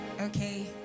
okay